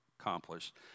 accomplished